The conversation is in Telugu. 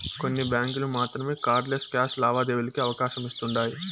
కొన్ని బ్యాంకులు మాత్రమే కార్డ్ లెస్ క్యాష్ లావాదేవీలకి అవకాశమిస్తుండాయ్